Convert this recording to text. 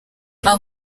aha